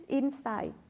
insight